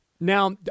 Now